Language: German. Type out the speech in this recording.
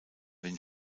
den